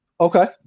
Okay